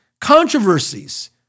controversies